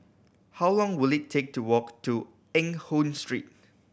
how long will it take to walk to Eng Hoon Street